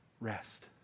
Rest